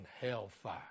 hellfire